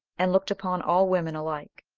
and looked upon all women alike.